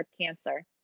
cancer